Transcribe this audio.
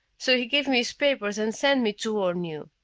so he gave me his papers and sent me to warn you